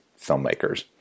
filmmakers